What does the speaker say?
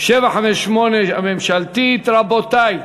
758 הממשלתית, רבותי.